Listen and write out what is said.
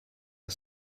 are